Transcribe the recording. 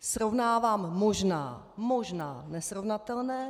Srovnávám možná možná nesrovnatelné.